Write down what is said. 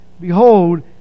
behold